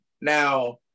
Now